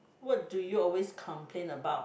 what do you always complain about